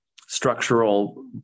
structural